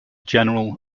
general